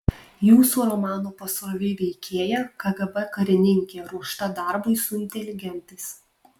jūsų romano pasroviui veikėja kgb karininkė ruošta darbui su inteligentais